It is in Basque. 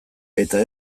eta